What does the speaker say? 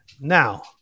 Now